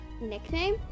nickname